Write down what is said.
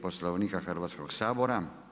Poslovnika Hrvatskog sabora.